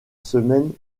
semaine